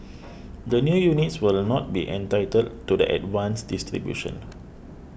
the new units will not be entitled to the advanced distribution